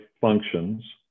functions